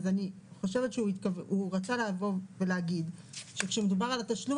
אני חושבת שהוא רצה להגיד שכאשר מדובר על התשלום